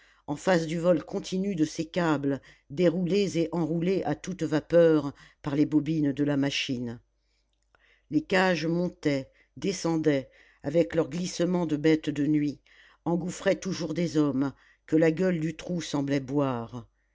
en face du vol continu de ces câbles déroulés et enroulés à toute vapeur par les bobines de la machine les cages montaient descendaient avec leur glissement de bête de nuit engouffraient toujours des hommes que la gueule du trou semblait boire